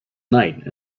night